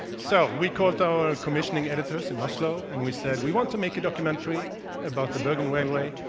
so we caught our commissioning editors in oslo, and we said, we want to make a documentary about the bergen railway,